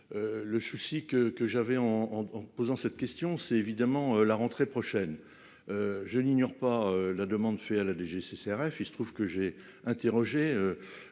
Le souci que que j'avais en, en posant cette question, c'est évidemment la rentrée prochaine. Je n'ignore pas la demande fait à la DGCCRF. Il se trouve que j'ai interrogé.